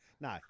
No